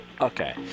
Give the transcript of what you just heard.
Okay